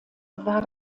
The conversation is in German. war